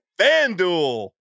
FanDuel